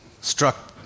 struck